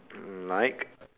mm like